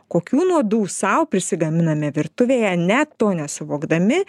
kokių nuodų sau prisigaminame virtuvėje net to nesuvokdami